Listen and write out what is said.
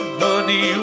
money